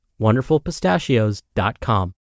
wonderfulpistachios.com